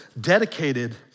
dedicated